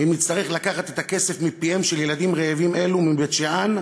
אם נצטרך לקחת את הכסף מפיהם של ילדים רעבים אלה מבית-שאן,